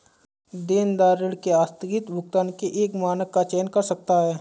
देनदार ऋण के आस्थगित भुगतान के एक मानक का चयन कर सकता है